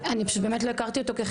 פשוט לא הכרנו אותו.